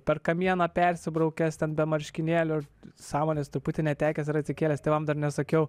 per kamieną persibraukęs ten be marškinėlių ar sąmonės truputį netekęs ar atsikėlęs tėvam dar nesakiau